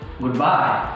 Goodbye